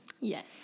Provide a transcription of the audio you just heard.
Yes